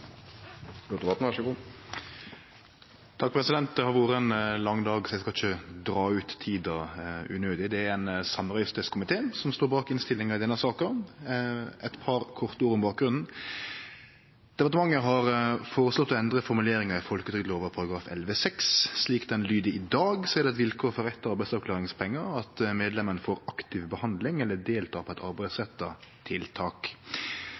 lang dag, så eg skal ikkje dra ut tida unødig. Det er ein samrøystes komité som står bak innstillinga i denne saka. Eit par korte ord om bakgrunnen: Departementet har føreslått å endre formuleringa i folketrygdlova § 11-6. Slik han lyder i dag, er det eit vilkår for rett til arbeidsavklaringspengar at medlemene får aktiv behandling eller deltek på eit arbeidsretta tiltak.